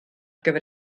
gyfer